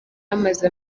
amaze